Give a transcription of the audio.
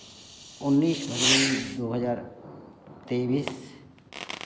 उन्नीस फरवरी दो हज़ार तेइस